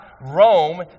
Rome